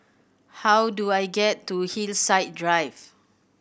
how do I get to Hillside Drive